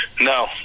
No